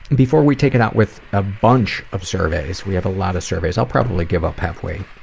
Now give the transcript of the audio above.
and before we take it out with a bunch of surveys, we have a lot of surveys, i'll probably give up halfway,